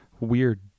weird